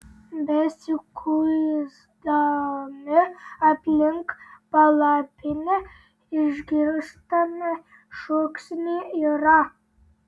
besikuisdami aplink palapinę išgirstame šūksnį yra